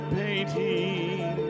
painting